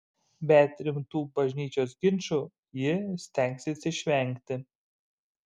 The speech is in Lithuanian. bet rimtų bažnyčios ginčų ji stengsis išvengti